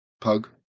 pug